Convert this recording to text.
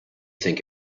think